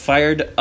Fired